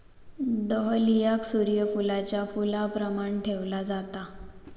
डहलियाक सूर्य फुलाच्या फुलाप्रमाण ठेवला जाता